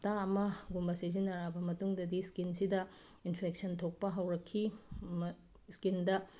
ꯍꯞꯇꯥ ꯑꯃꯒꯨꯝꯕ ꯁꯤꯖꯤꯟꯅꯔꯛꯑꯕ ꯃꯇꯨꯡꯗꯗꯤ ꯁ꯭ꯀꯤꯟꯁꯤꯗ ꯏꯟꯐꯦꯛꯁꯟ ꯊꯣꯛꯄ ꯍꯧꯔꯛꯈꯤ ꯁ꯭ꯀꯤꯟꯗ